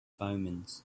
omens